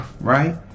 right